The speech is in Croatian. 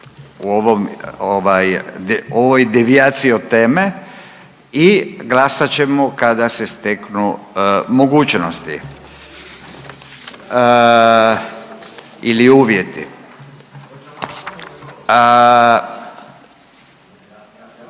o ovoj devijaciji od teme i glasat ćemo kada se steknu mogućnosti ili uvjeti.